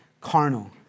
carnal